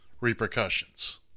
repercussions